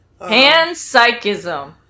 Panpsychism